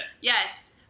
Yes